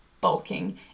bulking